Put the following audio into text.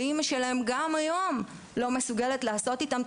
ואימא שלהם גם היום לא מסוגלת לעשות איתם את